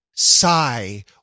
Sigh